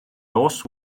nos